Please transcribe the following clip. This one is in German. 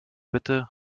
bitte